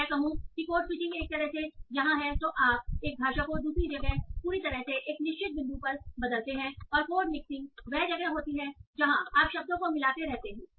अगर मैं कहूं कि कोड स्विचिंग एक तरह से यहाँ है तो आप एक भाषा को दूसरी जगह पूरी तरह से एक निश्चित बिंदु पर बदलते हैं और कोड मिक्सिंग वह जगह होती है जहाँ आप शब्दों को मिलाते रहते हैं